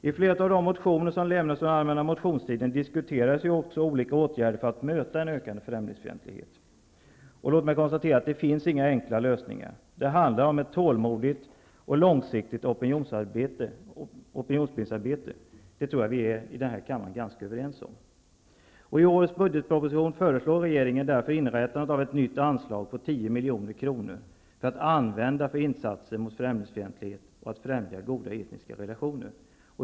I flera motioner som lämnades under allmämna motionstiden diskuterades olika åtgärder för att möta en ökande främlingsfientlighet. Låt mig konstatera att det inte finns några enkla lösningar. Det handlar om ett tålmodigt och långsiktigt opinionbildningsarbete. Det tror jag att vi är ganska överens om i den här kammaren. I årets budgetproposition föreslår regeringen därför inrättandet av ett nytt anslag på 10 milj.kr. att användas för insatser mot främlingsfientlighet och för att främja goda etniska relationer.